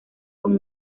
con